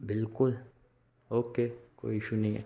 बिल्कुल ओके कोई इशु नहीं है